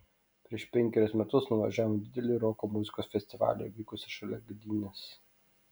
prieš penkerius metus nuvažiavome į didelį roko muzikos festivalį vykusį šalia gdynės